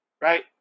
Right